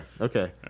Okay